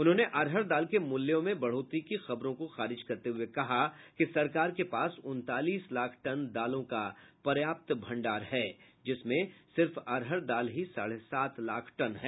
उन्होंने अरहर दाल के मूल्यों में बढ़ोतरी की खबरों को खारिज करते हुए कहा कि सरकार के पास उनतालीस लाख टन दालों का पर्याप्त भंडार है जिसमें सिर्फ अरहर दाल ही साढ़े सात लाख टन है